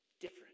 Different